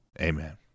amen